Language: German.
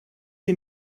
sie